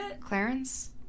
Clarence